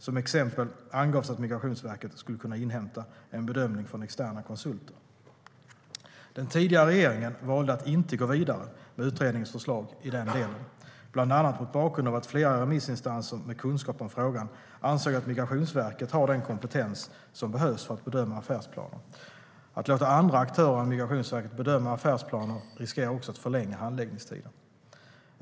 Som exempel angavs att Migrationsverket skulle kunna inhämta en bedömning från externa konsulter. Den tidigare regeringen valde att inte gå vidare med utredningens förslag i den delen, bland annat mot bakgrund av att flera remissinstanser med kunskap om frågan ansåg att Migrationsverket har den kompetens som behövs för att bedöma affärsplaner. Att låta andra aktörer än Migrationsverket bedöma affärsplaner riskerar också att förlänga handläggningstiden.